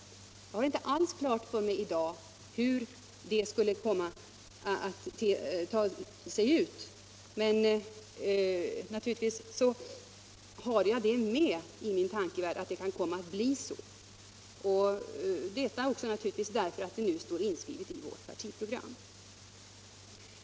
Jag har inte alls klart för mig i dag hur det skulle komma att ta sig ut, men naturligtvis har jag med i min tankevärld att det kan komma att bli så — detta naturligtvis också därför att det nu står inskrivet i vårt partiprogram.